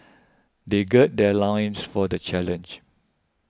they gird their loins for the challenge